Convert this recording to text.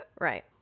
Right